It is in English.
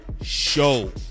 Show